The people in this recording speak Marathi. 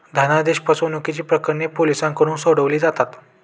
धनादेश फसवणुकीची प्रकरणे पोलिसांकडून सोडवली जातात